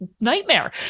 nightmare